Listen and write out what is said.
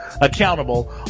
accountable